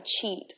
cheat